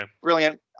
Brilliant